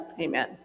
Amen